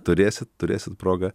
turėsit turėsit progą